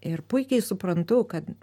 ir puikiai suprantu kad